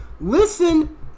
Listen